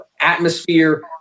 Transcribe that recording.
atmosphere